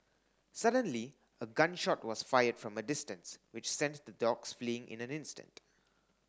suddenly a gun shot was fired from a distance which sent the dogs fleeing in an instant